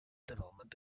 development